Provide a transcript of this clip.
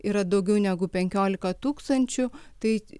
yra daugiau negu penkiolika tūkstančių tai